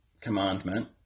commandment